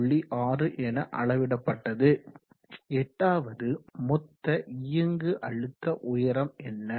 6 என அளவிடப்பட்டது எட்டாவது மொத்த இயங்கு அழுத்த உயரம் என்ன